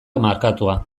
markatua